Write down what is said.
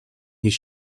his